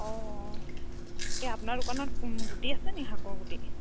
অঁ এই আপোনাৰ দোকানত গুটি আছে নেকি শাকৰ গুটি